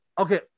okay